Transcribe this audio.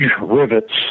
rivets